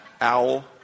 Owl